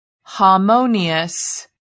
harmonious